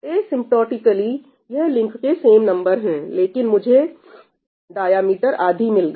asymptotically यह link के same number है लेकिन मुझे डायमीटर आधी मिल गई